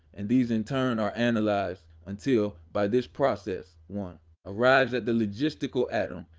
and these in turn are analyzed, until, by this process, one arrives at the logistical atom,